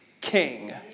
King